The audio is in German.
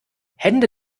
hände